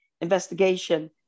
investigation